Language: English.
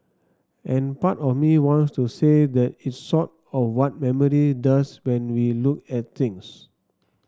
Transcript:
and part of me wants to say that it's sort of what memory does when we look at things